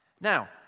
Now